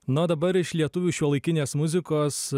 na o dabar iš lietuvių šiuolaikinės muzikos